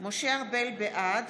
בעד